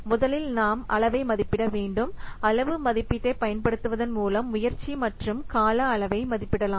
முதலில் நாம் அளவை மதிப்பிட வேண்டும் அளவு மதிப்பீட்டைப் பயன்படுத்துவதன் மூலம் முயற்சி மற்றும் கால அளவை மதிப்பிடலாம்